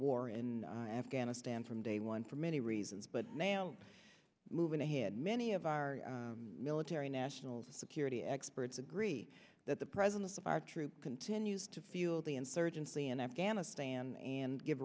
war in afghanistan from day one for many reasons but now moving ahead many of our military national security experts agree that the presence of our troops continues to fuel the insurgency in afghanistan and give